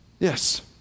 Yes